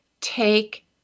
Take